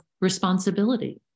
responsibility